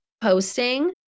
posting